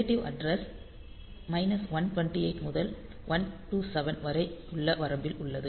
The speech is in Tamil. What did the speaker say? ரிலேட்டிவ் அட்ரஸ் 128 முதல் 127 வரை உள்ள வரம்பில் உள்ளது